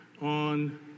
on